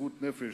מסירות נפש,